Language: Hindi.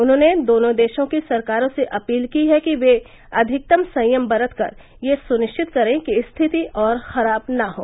उन्होंने दोनों देशों की सरकारों से अपील की है कि वे अधिकतम संयम बरतकर यह सुनिरिचत करें कि स्थिति और खराब न हो